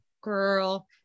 girl